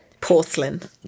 porcelain